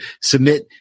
submit